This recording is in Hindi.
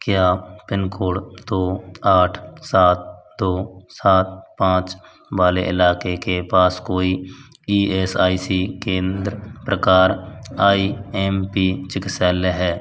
क्या पिन कोड दो आठ सात दो सात पाँच वाले इलाक़े के पास कोई ई एस आई सी केंद्र प्रकार आई एम पी चिकित्सालय है